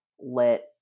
let